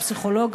הפסיכולוג,